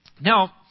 now